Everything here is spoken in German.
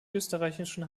österreichischen